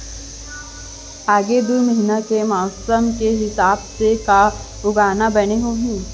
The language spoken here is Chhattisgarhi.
आगे दू महीना के मौसम के हिसाब से का उगाना बने होही?